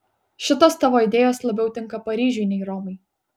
šitos tavo idėjos labiau tinka paryžiui nei romai